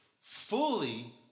fully